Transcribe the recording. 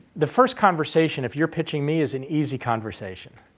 the first conversation, if you're pitching me is an easy conversation.